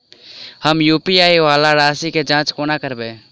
हम यु.पी.आई वला राशि केँ जाँच कोना करबै?